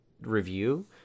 review